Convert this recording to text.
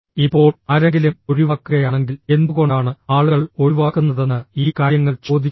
ഇപ്പോൾ ആരെങ്കിലും ഒഴിവാക്കുകയാണെങ്കിൽ എന്തുകൊണ്ടാണ് ആളുകൾ ഒഴിവാക്കുന്നതെന്ന് ഈ കാര്യങ്ങൾ ചോദിക്കുക